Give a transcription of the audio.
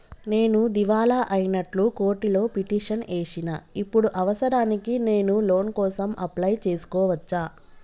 నేను దివాలా అయినట్లు కోర్టులో పిటిషన్ ఏశిన ఇప్పుడు అవసరానికి నేను లోన్ కోసం అప్లయ్ చేస్కోవచ్చా?